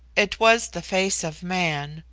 it was the face of man,